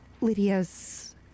Lydia's